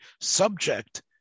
subject